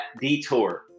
detour